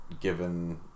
given